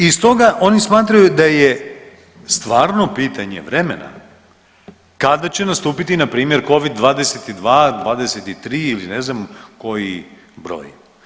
I stoga oni smatraju da je … a. stvarno pitanje vremena kada će nastupiti npr. Covid-22, 23 ili ne znam koji broj.